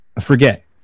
forget